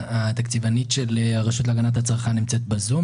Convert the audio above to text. התקציבנית של הרשות להגנת הצרכן נמצאת בזום,